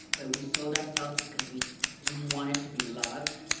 but we sold ourselves because we we wanted to be loved.